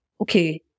okay